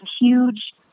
huge